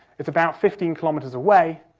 it's about fifteen kilometres away,